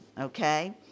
okay